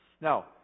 Now